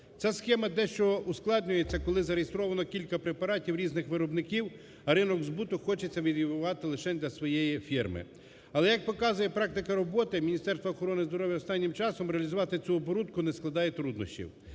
Ця схема дещо ускладнюється, коли зареєстровано кілька препаратів різних виробників, а ринок збуту хочеться відвоювати лишень для своєї фірми. Але як показує практика роботи Міністерства охорони здоров'я останнім часом, реалізувати цю оборудку не складає труднощів.